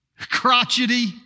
crotchety